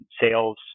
sales